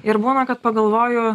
ir būna kad pagalvoju